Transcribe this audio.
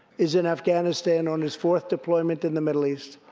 is in afghanistan on his fourth deployment in the middle east.